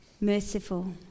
merciful